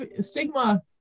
stigma